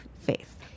faith